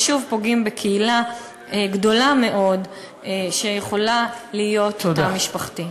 ושוב פוגעים בקהילה גדולה מאוד שיכולה להיות תא משפחתי.